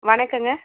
வணக்கம்ங்க